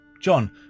John